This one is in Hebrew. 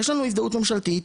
יש לנו הזדהות ממשלתית,